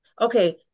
Okay